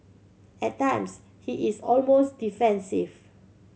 at times he is almost defensive